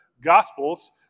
Gospels